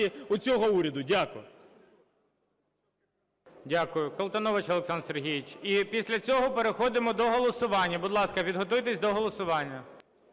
у цього уряду. Дякую. ГОЛОВУЮЧИЙ. Дякую. Колтунович Олександр Сергійович, і після цього переходимо до голосування. Будь ласка, підготуйтесь до голосування.